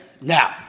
Now